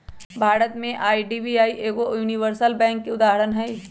भारत में आई.डी.बी.आई एगो universal bank के उदाहरण हइ